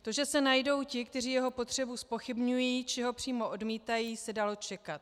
To, že se najdou ti, kteří jeho potřebu zpochybňují, či ho přímo odmítají, se dalo čekat.